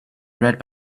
read